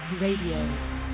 Radio